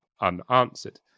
unanswered